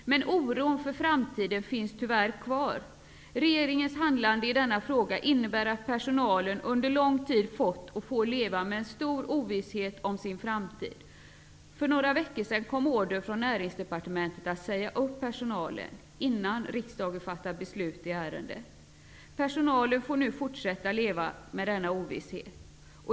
Men oron för framtiden finns tyvärr kvar. Regeringens handlande i denna fråga innebär att personalen under lång tid har fått och får leva med en stor ovisshet om sin framtid. För några veckor sedan kom order från Näringsdepartementet att säga upp personalen -- innan riksdagen fattat beslut i ärendet. Personalen får nu fortsätta att leva med denna ovisshet.